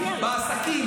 בעסקים,